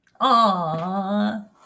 Aww